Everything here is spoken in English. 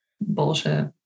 Bullshit